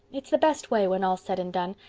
it's the best way, when all's said and done,